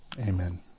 Amen